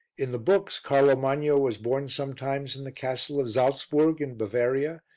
in the books, carlo magno was born sometimes in the castle of saltzburg, in bavaria,